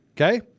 Okay